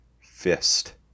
Fist